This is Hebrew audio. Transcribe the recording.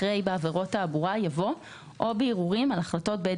אחרי "בעבירות תעבורה" יבוא "או בערעורים על החלטות בית